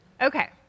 Okay